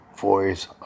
voice